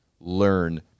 learn